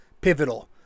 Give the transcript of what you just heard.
pivotal